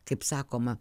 taip sakoma